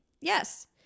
Yes